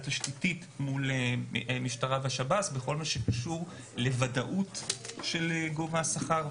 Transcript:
תשתיתית מול משטרה ושב"ס בכל מה שקשור לוודאות של גובה השכר,